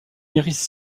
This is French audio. iris